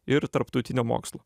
ir tarptautinio mokslo